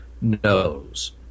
knows